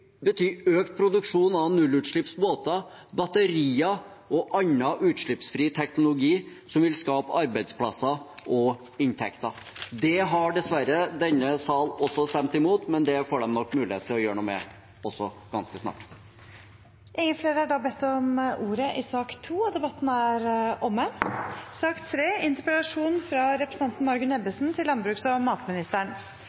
økt produksjon av nullutslippsbåter, batterier og annen utslippsfri teknologi som vil skape arbeidsplasser og inntekter. Det har dessverre denne sal også stemt imot, men det får de mulighet til å gjøre noe med ganske snart. Flere har ikke bedt om ordet til sak nr. 2. Avdekkingen som skjedde i 2019 av kritikkverdig forvaltningspraksis i Mattilsynet, var meget urovekkende. Derfor er